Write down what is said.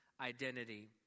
identity